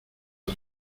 las